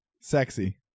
Sexy